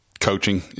coaching